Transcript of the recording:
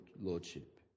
lordship